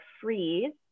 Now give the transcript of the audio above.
freeze